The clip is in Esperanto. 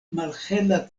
malhela